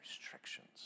restrictions